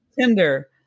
Tinder